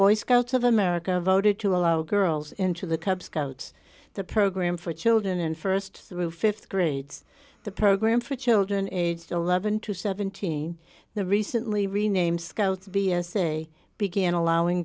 boy scouts of america voted to allow girls into the cub scouts the program for children in st through th grades the program for children aged eleven to seventeen the recently renamed scouts b s a began allowing